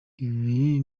ibi